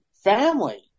Family